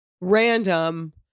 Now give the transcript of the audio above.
random